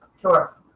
Sure